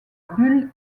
bull